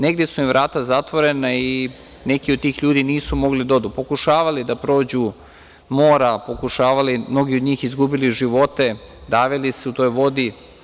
Negde su im vrata zatvorena i neki od tih ljudi nisu mogli da odu, pokušavali da prođu mora, mnogi od njih izgubili živote, davili se u toj vodi.